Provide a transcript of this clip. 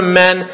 men